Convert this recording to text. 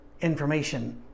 information